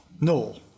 No